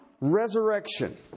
resurrection